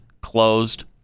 closed